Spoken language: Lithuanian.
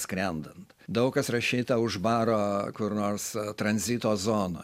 skrendant daug kas rašyta už baro kur nors tranzito zonoj